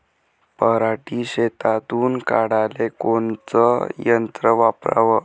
पराटी शेतातुन काढाले कोनचं यंत्र वापराव?